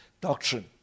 doctrine